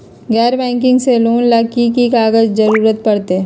गैर बैंकिंग से लोन ला की की कागज के जरूरत पड़तै?